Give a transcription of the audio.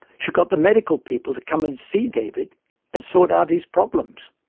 she got the medical people to come and see david and sort out his problems.